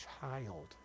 child